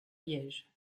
liège